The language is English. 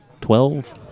Twelve